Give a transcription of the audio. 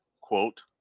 quote